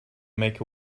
make